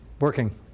Working